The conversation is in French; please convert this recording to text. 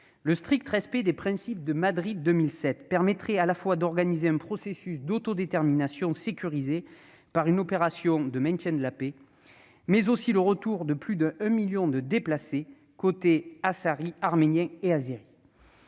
le strict respect des principes de Madrid de 2007 permettrait d'organiser à la fois un processus d'autodétermination sécurisé par une opération de maintien de la paix et le retour de plus d'un million de déplacés artsakhis, arméniens et azéris.